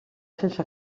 sense